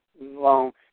long